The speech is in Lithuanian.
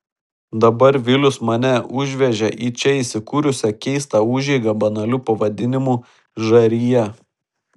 dabar vilius mane užvežė į čia įsikūrusią keistą užeigą banaliu pavadinimu žarija